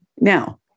Now